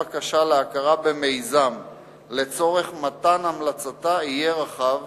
בקשה להכרה במיזם לצורך מתן המלצתה יהיה רחב,